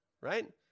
Right